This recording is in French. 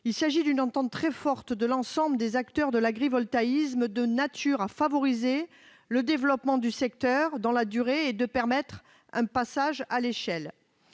répond à une attente très forte de l'ensemble des acteurs de l'agrivoltaïsme, qui veulent favoriser le développement du secteur dans la durée et permettre un passage à l'échelle.